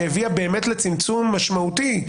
שהביאה לצמצום משמעותי,